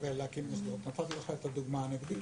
שווה להקים נתתי לך את הדוגמה הנגדית